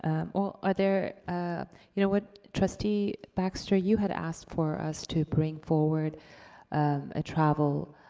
well, other? you know what, trustee baxter, you had asked for us to bring forward a travel,